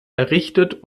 errichtet